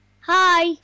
hi